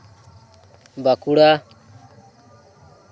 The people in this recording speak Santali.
ᱵᱟᱸᱠᱩᱲᱟ